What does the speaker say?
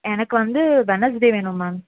எனக்கு வந்து வெட்ன்னஸ்டே வேணும் மேம்